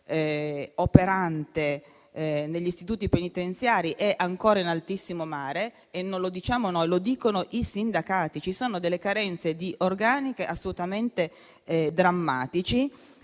personale operante negli istituti penitenziari è ancora in altissimo mare, e non lo diciamo noi, ma lo dicono i sindacati. Ci sono delle carenze di organico assolutamente drammatiche.